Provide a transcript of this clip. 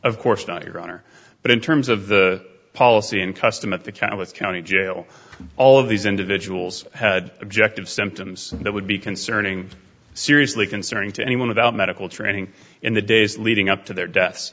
of course not your honor but in terms of the policy and custom at the catalyst county jail all of these individuals had objective symptoms that would be concerning seriously concerning to anyone without medical training in the days leading up to their de